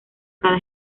cada